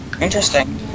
interesting